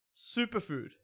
superfood